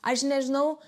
aš nežinau